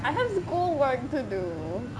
I have school work to do